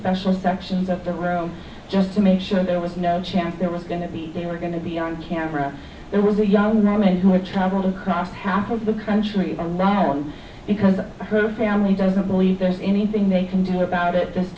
special sections of the room just to make sure there was no chance there was going to be they were going to be on camera there was a young woman which travelled across half of the country around because her family doesn't believe there's anything they can do about it